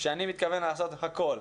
שאני מתכוון לעשות הכול,